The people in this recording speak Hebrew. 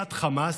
למחיקת חמאס,